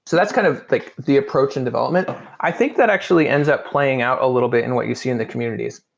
so that's kind of like the approach and development i think that actually ends up playing out a little bit in what you see in the communities.